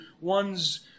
one's